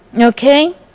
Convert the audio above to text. Okay